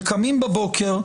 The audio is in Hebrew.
שקמים בבוקר,